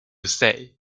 say